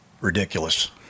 ridiculous